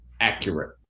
accurate